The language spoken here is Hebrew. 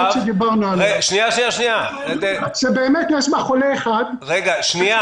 שדיברנו עליה שבאמת יש בה חולה אחד --- לא הבנתי.